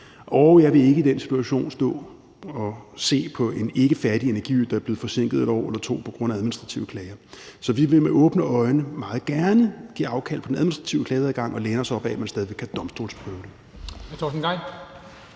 Og jeg vil ikke i den situation stå og se på en ikkefærdig energiø, der er blevet forsinket et år eller to på grund af administrative klager. Så vi vil med åbne øjne meget gerne give afkald på den administrative klageadgang og læne os op ad, at man stadig væk kan domstolsprøve det.